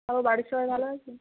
তারপর বাড়ির সবাই ভালো আছে